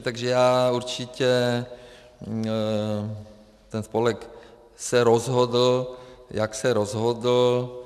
Takže já určitě ten spolek se rozhodl, jak se rozhodl.